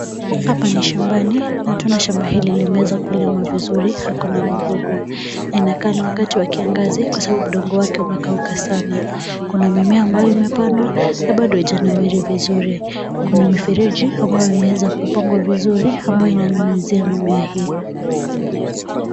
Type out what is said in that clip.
Hapa ni shambani na tunaona shamba hili limelimwa vizuri na hakuna magugu. Inakaa ni wakati wa kiangazi kwa sababu udongo wake umekauka sana. Kuna mimea ambayo imepandwa na bado hijanawiri vizuri. Kuna mifereji ambayo imeweza kupangwa vizuri ambayo inanyunyizia mimea hii.